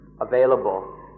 available